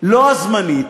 לא הזמנית,